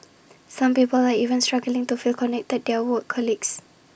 some people are even struggling to feel connected to their work colleagues